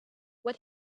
what